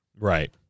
Right